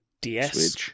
DS